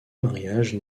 mariage